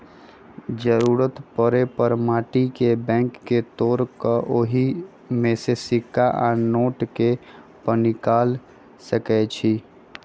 जरूरी परे पर माटी के बैंक के तोड़ कऽ ओहि में से सिक्का आ नोट के पनिकाल सकै छी